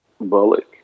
Bullock